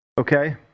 Okay